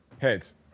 Heads